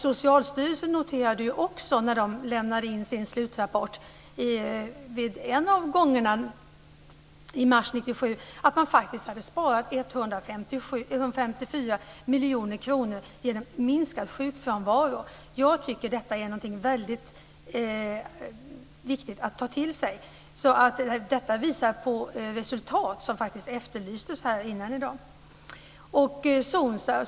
Socialstyrelsen noterade också när man lämnade in sin slutrapport i mars 1997 att det hade sparats 154 miljoner kronor genom minskad sjukfrånvaro. Jag tycker att detta är väldigt viktigt att ta till sig. Det visar på sådana resultat som efterlystes här tidigare i dag.